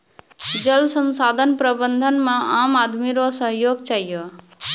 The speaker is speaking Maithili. जल संसाधन प्रबंधन मे आम आदमी रो सहयोग चहियो